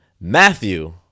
Matthew